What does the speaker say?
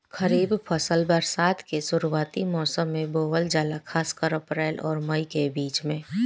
खरीफ फसल बरसात के शुरूआती मौसम में बोवल जाला खासकर अप्रैल आउर मई के बीच में